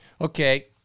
Okay